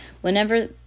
whenever